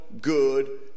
good